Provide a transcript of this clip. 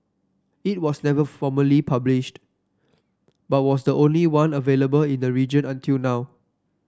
it was never formally published but was the only one available in the region until now